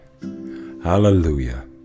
Hallelujah